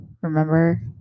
Remember